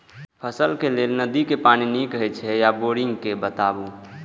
फसलक लेल नदी के पानी नीक हे छै या बोरिंग के बताऊ?